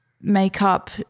makeup